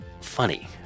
funny